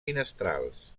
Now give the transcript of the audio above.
finestrals